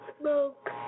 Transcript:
smoke